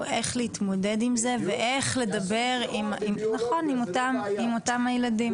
איך להתמודד עם זה ואיך לדבר עם אותם ילדים.